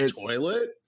toilet